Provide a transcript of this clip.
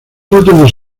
últimos